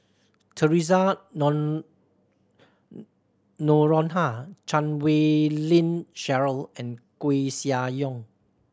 Theresa Noronha Chan Wei Ling Cheryl and Koeh Sia Yong